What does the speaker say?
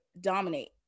dominate